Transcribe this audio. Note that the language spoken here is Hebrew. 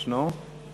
ישנו?